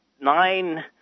nine